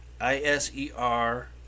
I-S-E-R